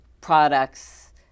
products